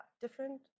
different